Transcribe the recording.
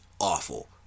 awful